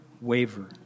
waver